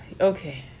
Okay